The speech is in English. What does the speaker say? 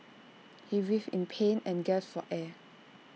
he writhed in pain and gasped for air